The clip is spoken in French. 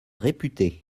réputées